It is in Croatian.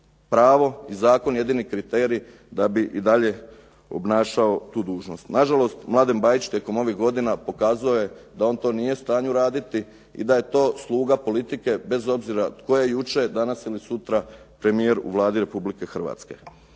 pravo i zakon jedini kriterij da bi i dalje obnašao tu dužnost. Na žalost Mladen Bajić tijekom ovih godina pokazao je da on to nije u stanju raditi, i da je to sluga politike bez obzira tko je jučer, danas ili sutra premijer u Vladi Republike Hrvatske.